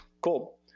Cool